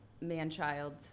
man-child